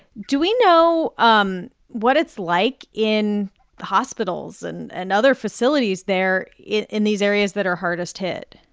do we know um what it's like in the hospitals and and other facilities there, in in these areas that are hardest hit?